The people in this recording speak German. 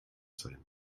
sein